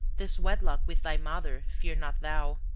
this wedlock with thy mother fear not thou.